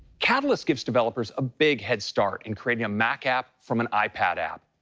catalyst gives developers a big head start in creating a mac app from an ipad app.